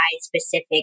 specific